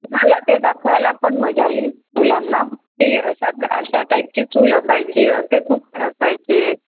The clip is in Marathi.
तुम्हाला ते दाखवायला पण मजा येईल मुलांना की अशा अशा टाईपची चूल असायची असे कूकवेर असायचे